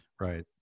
Right